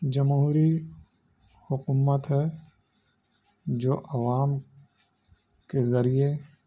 جمہوری حکومت ہے جو عوام کے ذریعے